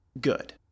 good